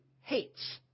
hates